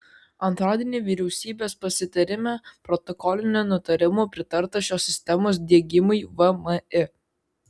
antradienį vyriausybės pasitarime protokoliniu nutarimu pritarta šios sistemos diegimui vmi